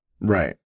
Right